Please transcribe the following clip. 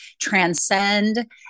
transcend